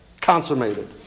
consummated